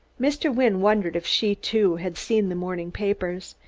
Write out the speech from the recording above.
mr. wynne wondered if she, too, had seen the morning papers.